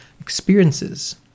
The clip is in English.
experiences